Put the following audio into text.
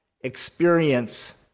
experience